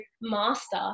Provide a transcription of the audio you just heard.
master